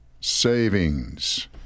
savings